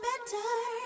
Better